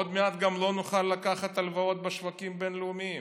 עוד מעט גם לא נוכל לקחת הלוואות בשווקים בין-לאומיים.